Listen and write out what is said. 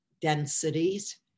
densities